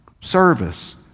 service